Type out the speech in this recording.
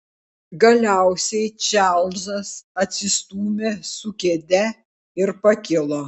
galiausiai čarlzas atsistūmė su kėde ir pakilo